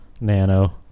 nano